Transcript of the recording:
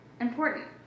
important